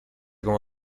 como